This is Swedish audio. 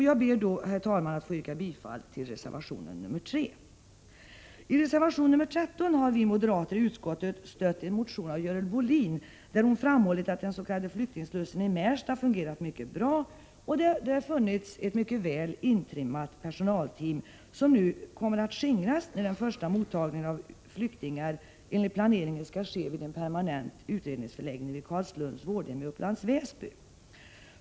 Jag ber, herr talman, att få yrka bifall till reservation 3. I reservation nr 13 har vi moderater i utskottet stött en motion av Görel Bohlin, där hon framhållit att den s.k. flyktingslussen i Märsta fungerat mycket bra och att det där finns ett mycket väl intrimmat personalteam, som nu kommer att skingras när den första mottagningen av flyktingar enligt planeringen skall ske vid en permanent utredningsförläggning vid Carlslunds vårdhem i Upplands Väsby.